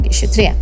2023